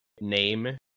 name